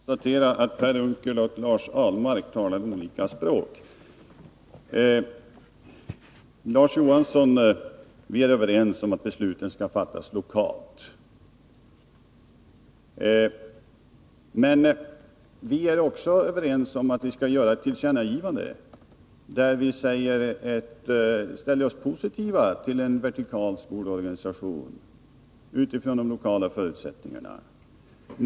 Fru talman! Jag konstaterar att Per Unckel och Lars Ahlmark talar olika språk. Vi är överens om, Larz Johansson, att besluten skall fattas lokalt. Vi är också överens om att vi skall göra ett tillkännagivande, där vi ställer oss positiva till en vertikal skolorganisation utifrån de lokala förutsättningarna.